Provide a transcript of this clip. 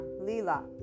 Lila